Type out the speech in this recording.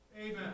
Amen